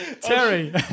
Terry